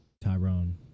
Tyrone